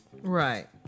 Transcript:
Right